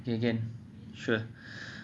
okay can sure